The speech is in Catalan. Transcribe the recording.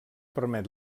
permet